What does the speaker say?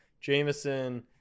Jameson